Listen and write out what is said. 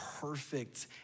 perfect